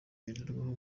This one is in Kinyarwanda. ngenderwaho